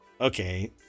okay